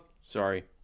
Sorry